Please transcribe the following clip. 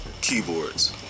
keyboards